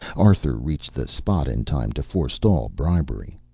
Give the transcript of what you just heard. arthur reached the spot in time to forestall bribery.